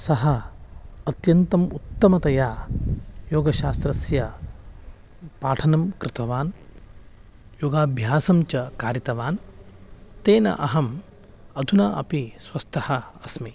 सः अत्यन्तम् उत्तमतया योगशास्त्रस्य पाठनं कृतवान् योगाभ्यासं च कारितवान् तेन अहम् अधुना अपि स्वस्थः अस्मि